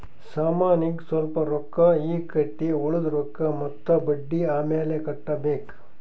ಸಾಮಾನಿಗ್ ಸ್ವಲ್ಪ್ ರೊಕ್ಕಾ ಈಗ್ ಕಟ್ಟಿ ಉಳ್ದಿದ್ ರೊಕ್ಕಾ ಮತ್ತ ಬಡ್ಡಿ ಅಮ್ಯಾಲ್ ಕಟ್ಟಬೇಕ್